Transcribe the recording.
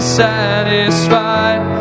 satisfied